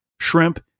shrimp